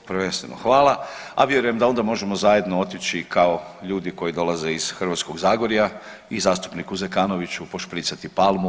Prvenstveno hvala, a vjerujem da onda možemo zajedno otići kao ljudi koji dolaze iz Hrvatskog zagorja i zastupniku Zekanoviću pošpricati palmu.